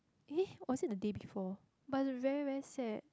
eh was it the day before but the very very sad